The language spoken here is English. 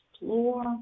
explore